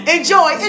Enjoy